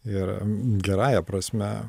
ir gerąja prasme